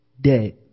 dead